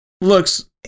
looks